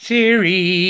Siri